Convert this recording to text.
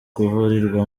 kuvurirwa